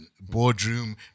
Boardroom